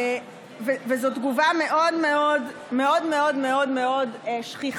וזו תגובה מאוד מאוד מאוד מאוד מאוד שכיחה.